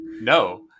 no